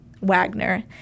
Wagner